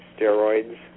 steroids